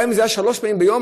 גם אם זה היה שלוש פעמים ביום,